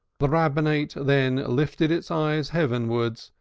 the rabbinate then uplifted its eyes heavenwards,